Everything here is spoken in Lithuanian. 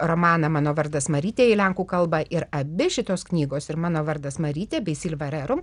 romaną mano vardas marytė į lenkų kalbą ir abi šitos knygos ir mano vardas marytė bei silva rerum